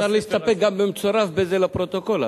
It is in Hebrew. אפשר להסתפק גם במצורף בזה לפרוטוקול,